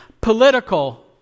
political